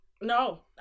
No